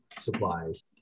supplies